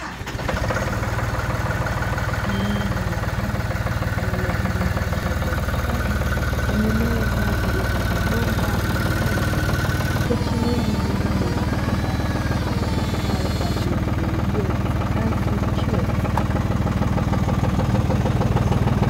Eneo la ndani, lililotengenezwa kwa ustadi, lenye meza zilizo na mabomba ya maji. Ikiashiria ni eneo la maabara litumikalo kwa ajili ya majaribio ya kisayansi kwa shule za sekondari .